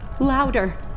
Louder